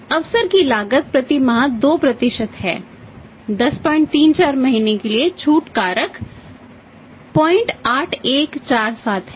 अवसर की लागत प्रति माह 2 है 1034 महीने के लिए छूट कारक 08147 है